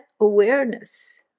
awareness